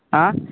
आ